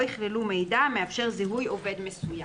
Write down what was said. יכללו מידע המאפשר זיהוי עובד מסוים.